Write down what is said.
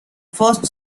first